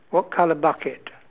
what colour bucket